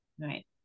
Right